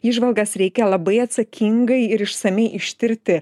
įžvalgas reikia labai atsakingai ir išsamiai ištirti